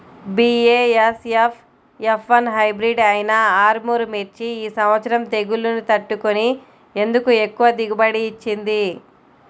BASF F one hybrid అయినా ఆర్ముర్ మిర్చి ఈ సంవత్సరం తెగుళ్లును తట్టుకొని ఎందుకు ఎక్కువ దిగుబడి ఇచ్చింది?